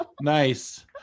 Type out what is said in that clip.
Nice